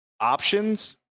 options